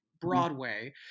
Broadway